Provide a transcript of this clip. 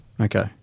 Okay